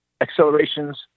accelerations